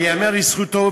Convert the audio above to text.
שייאמר לזכותו,